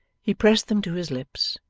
he pressed them to his lips,